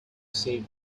safe